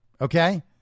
Okay